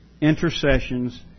intercessions